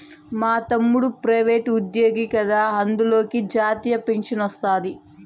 మా తమ్ముడు ప్రైవేటుజ్జోగి కదా అందులకే జాతీయ పింఛనొస్తాది